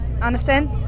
understand